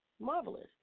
Marvelous